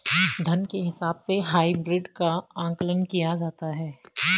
धन के हिसाब से हाइब्रिड का आकलन किया जाता है